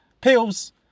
Pills